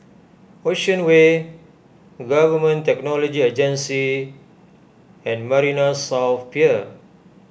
Ocean Way Government Technology Agency and Marina South Pier